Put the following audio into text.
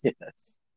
yes